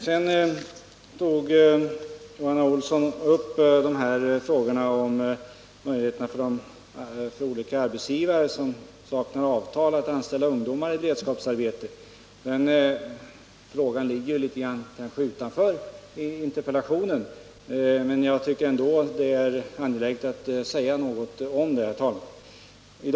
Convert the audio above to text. Vidare tog Johan Olsson upp frågan om möjligheterna för olika arbetsgivare som saknar avtal att anställa ungdomar i beredskapsarbete. Frågan ligger kanske litet grand utanför interpellationen, men jag tycker ändå att det är angeläget att säga något om den, herr talman.